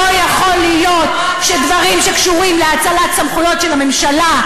לא יכול להיות שדברים שקשורים להאצלת סמכויות של הממשלה,